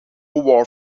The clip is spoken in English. war